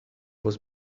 was